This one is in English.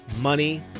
money